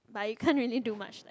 but you can't really do much like